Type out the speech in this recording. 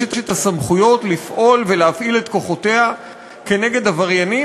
הסמכויות לפעול ולהפעיל את כוחותיה נגד עבריינים,